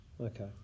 Okay